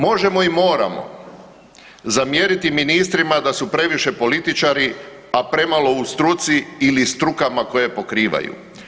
Možemo i moramo zamjeriti ministrima da su previše političari, a prema u struci ili strukama koje pokrivaju.